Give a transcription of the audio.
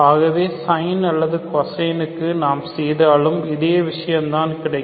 ஆகவே sine அல்லது cosine க்கு நாம் செய்தாலும் இதே விஷயம் தான் கிடைக்கும்